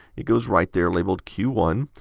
it goes right there, labelled q one.